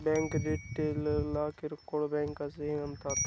bank रिटेलला किरकोळ bank असेही म्हणतात